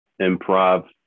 improv